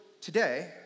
today